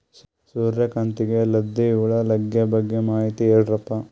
ಸೂರ್ಯಕಾಂತಿಗೆ ಲದ್ದಿ ಹುಳ ಲಗ್ಗೆ ಬಗ್ಗೆ ಮಾಹಿತಿ ಹೇಳರಪ್ಪ?